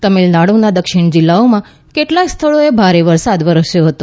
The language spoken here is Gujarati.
તમિલનાડુના દક્ષિણી જિલ્લાઓમાં કેટલાંક સ્થળોએ ભારે વરસાદ વરસ્યો હતો